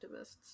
activists